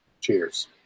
Cheers